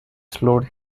slowed